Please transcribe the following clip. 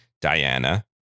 Diana